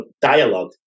dialogue